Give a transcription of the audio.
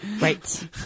right